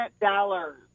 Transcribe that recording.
dollars